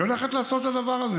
היא הולכת לעשות את הדבר הזה.